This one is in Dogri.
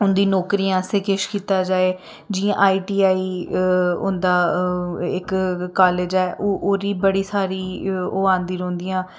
उंदी नौकरियें आस्तै किश कीता जाए जियां आई टी आई होंदा इक कालेज ऐ ओह्दी बड़ी सारी ओह् आंदी रौंह्दियां